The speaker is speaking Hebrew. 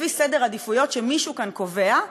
לפי סדר עדיפויות שמישהו כאן קובע,